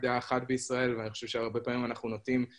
ואנחנו חייבים לחנך אותם ולהראות להם שהדברים לא נכונים.